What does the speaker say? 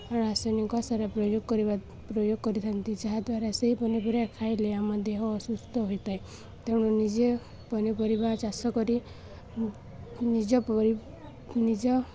ରାସାୟନିକ ସାରା ପ୍ରୟୋଗ କରିବା ପ୍ରୟୋଗ କରିଥାନ୍ତି ଯାହା ଦ୍ୱାରା ସେହି ପନିପରିବା ଖାଇଲେ ଆମ ଦେହ ଅସୁସ୍ଥ ହୋଇଥାଏ ତେଣୁ ନିଜେ ପନିପରିବା ଚାଷ କରି ନିଜ ନିଜ